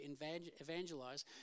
evangelize